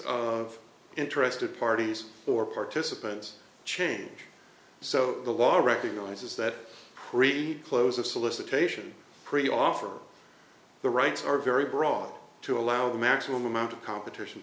of interested parties or participants change so the law recognizes that read close of solicitation pretty offer the rights are very broad to allow the maximum amount of competition